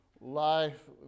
life